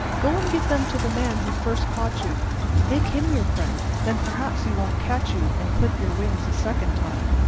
go and give them to the man who first caught you make him your friend, then perhaps he won't catch you and clip your wings a second time.